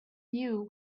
knew